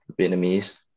Vietnamese